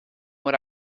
what